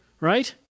right